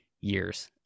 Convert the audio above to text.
years